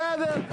בסדר.